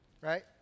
right